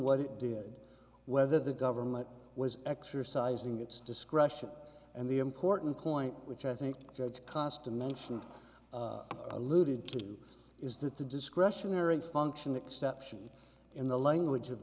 what it did whether the government was exercising its discretion and the important point which i think gets cost to mention alluded to is that the discretionary function exception in the language of